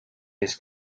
his